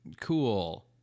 cool